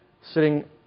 sitting